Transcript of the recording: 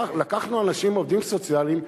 לקחנו עובדים סוציאליים,